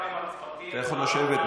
אתה יכול לשבת,